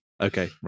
okay